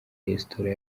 resitora